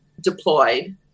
deployed